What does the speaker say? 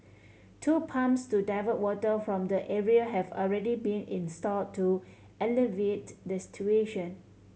two pumps to divert water from the area have already been install to alleviate the situation